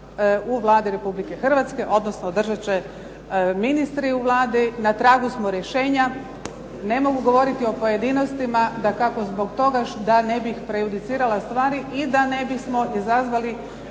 u Vladi Republike Hrvatske odnosno održat će ministri u Vladi. Na tragu smo rješenja, ne mogu govoriti o pojedinostima, dakako zbog toga da ne bih prejudicirala stvari i da ne bismo izazvali